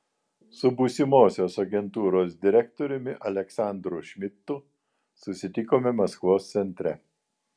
su būsimosios agentūros direktoriumi aleksandru šmidtu susitikome maskvos centre